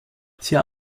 sehr